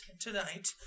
tonight